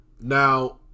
now